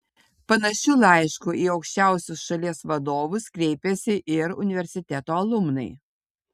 panašiu laišku į aukščiausius šalies vadovus kreipėsi ir universiteto alumnai